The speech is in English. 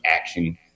action